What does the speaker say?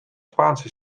spaanse